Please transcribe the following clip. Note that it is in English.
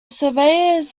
surveyors